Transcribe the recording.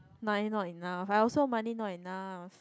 money not enough I also money not enough